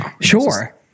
sure